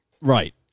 Right